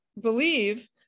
believe